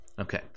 Okay